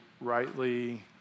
rightly